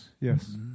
yes